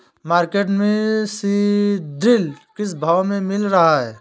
Market में सीद्रिल किस भाव में मिल रहा है?